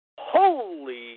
holy